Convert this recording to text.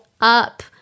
up